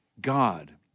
God